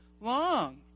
long